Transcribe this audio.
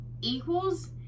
equals